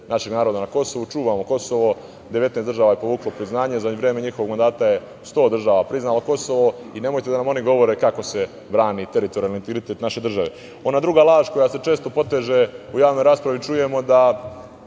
našeg naroda na Kosovu, čuvamo Kosovo, 19 država je povuklo priznanje. Za vreme njihovog mandata je 100 država priznalo Kosovo i nemojte da nam oni govore kako se brani teritorijalni integritet naše države. Ona druga laž koja se često poteže u javnoj raspravi, čujemo da